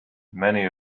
many